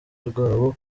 rwabo